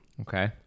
Okay